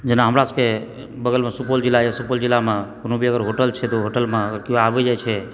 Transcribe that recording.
जेना हमरासबकेँ बगलमे सुपौल जिला अछि सुपौल जिलामे कोनो भी अगर होटल छै तऽ ओ होटलमे अगर केओ आबैत जे छै